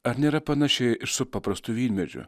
ar nėra panašiai ir su paprastu vynmedžiu